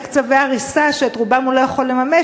צווי הריסה שאת רובם הוא לא יכול לממש,